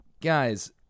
Guys